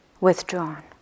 withdrawn